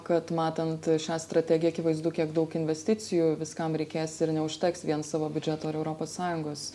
kad matant šią strategiją akivaizdu kiek daug investicijų viskam reikės ir neužteks vien savo biudžeto ir europos sąjungos